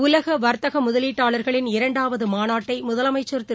உலகவர்த்தகமுதலிட்டாளர்களின் இரண்டாவதமாநாட்டைமுதலமைச்சர் திரு